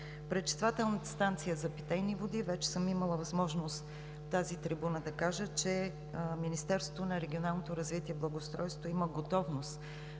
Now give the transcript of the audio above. Пречиствателната станция за питейни води – вече съм имала възможност от тази трибуна да кажа, че Министерството на регионалното развитие и благоустройството има готовност